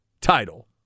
title